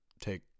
take